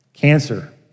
Cancer